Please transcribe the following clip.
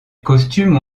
costumes